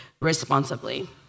responsibly